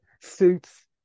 suits